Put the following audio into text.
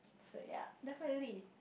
so ya definitely